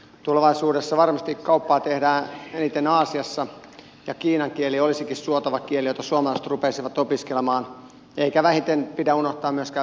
tulevaisuudessa varmasti kauppaa tehdään eniten aasiassa ja kiinan kieli olisikin suotava kieli jota suomalaiset rupeaisivat opiskelemaan eikä pidä unohtaa myöskään venäjän kieltä